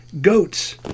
goats